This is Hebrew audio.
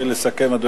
תתחיל לסכם, אדוני.